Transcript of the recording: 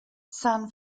san